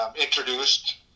introduced